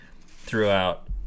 throughout